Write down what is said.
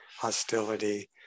hostility